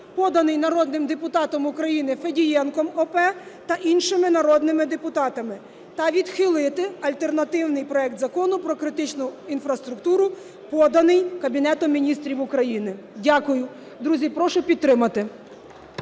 поданий народним депутатом України Федієнком О.П. та іншими народними депутатами, та відхилити альтернативний проект Закону про критичну інфраструктуру, поданий Кабінетом Міністрів України. Дякую. Друзі, прошу підтримати.